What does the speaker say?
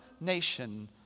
nation